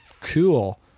Cool